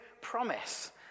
promise